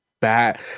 bad